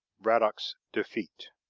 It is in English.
braddock's defeat.